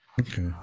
Okay